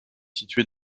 située